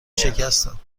شکستم